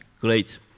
great